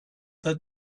that